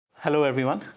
hello, everyone.